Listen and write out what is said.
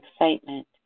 excitement